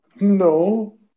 No